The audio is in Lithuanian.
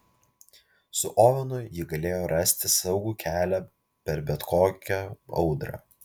su ovenu ji galėjo rasti saugų kelią per bet kokią audrą